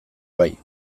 bai